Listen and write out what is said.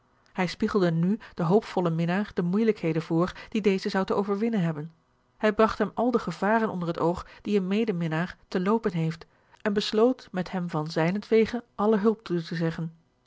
hij spiegelde nu den hoopvollen minnaar de moeijelijkheden voor die deze zou te overwinnen hebben hij bragt hem al de gevaren onder het oog die een medeminnaar te loopen heeft en besloot met hem van zijnentwege alle hulp toe te zeggen